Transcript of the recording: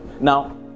now